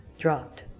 dropped